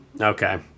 Okay